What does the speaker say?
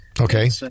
okay